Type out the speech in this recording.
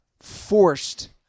forced